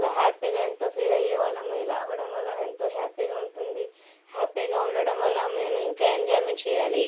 ఇలా హ్యాపీగా ఎంతో ఫీలయ్యే వాళ్ళము ఇలా అవ్వడం వల్ల ఎంతో హ్యాపీగా ఉంటుంది హ్యాపీగా ఉండడం వల్ల మేము ఇంకా ఎంజాయ్మెంట్ చెయ్యాలి